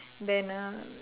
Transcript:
then uh